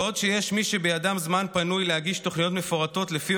בעוד שיש מי שבידם זמן פנוי להגיש תוכניות מפורטות לפי